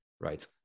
Right